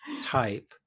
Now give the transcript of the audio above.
type